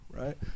right